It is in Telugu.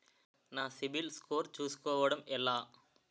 నా సిబిఐఎల్ స్కోర్ చుస్కోవడం ఎలా?